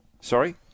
Sorry